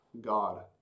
God